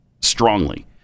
strongly